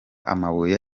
amabuye